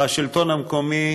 והשלטון המקומי